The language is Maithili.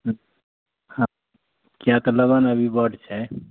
हँ किए तऽ लगन अभी बड छै